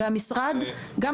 זה